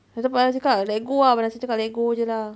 lepas tu cakap let go ah abang razif cakap let go jer lah